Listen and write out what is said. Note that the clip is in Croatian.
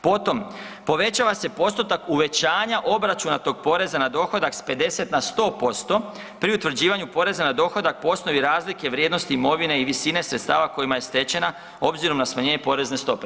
Potom, povećava se postotak uvećanja obračuna tog poreza na dohodak s 50 na 100% pri utvrđivanju poreza na dohodak po osnovi razlike vrijednosti imovine i visine sredstava kojima je stečena obzirom na smanjenje porezne stope.